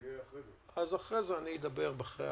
אחרי זה אני אדבר.